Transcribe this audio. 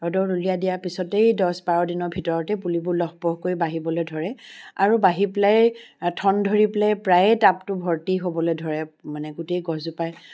ৰ'দত উলিয়াই দিয়াৰ পিছতে দহ বাৰ দিনৰ ভিতৰতে পুলিবোৰ লহপহকৈ বাঢ়িবলৈ ধৰে আৰু বাঢ়ি পেলাই ঠন ধৰি পেলাই প্ৰায় টাবটো ভৰ্তি হ'বলৈ ধৰে মানে গোটেই গছজোপাই